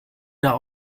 der